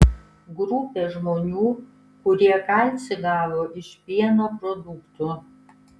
grupė žmonių kurie kalcį gavo iš pieno produktų